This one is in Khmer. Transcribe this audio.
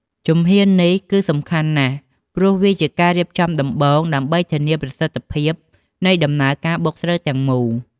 ជំហាននេះគឺសំខាន់ណាស់ ព្រោះវាជាការរៀបចំដំបូងដើម្បីធានាប្រសិទ្ធភាពនៃដំណើរការបុកស្រូវទាំងមូល។